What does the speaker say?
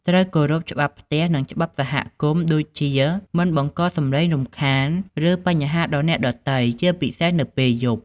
ត្រូវគោរពច្បាប់ផ្ទះ និងច្បាប់សហគមន៍ ដូចជាមិនបង្កសំឡេងរំខាន ឬបញ្ហាដល់អ្នកដទៃ ជាពិសេសនៅពេលយប់។